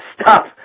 stop